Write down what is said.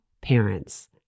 parents